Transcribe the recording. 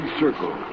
circle